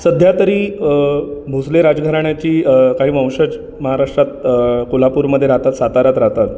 सध्या तरी भोसले राजघराण्याची काही वंशज महाराष्ट्रात कोल्हापूरमध्ये राहतात साताऱ्यात राहतात